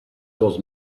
was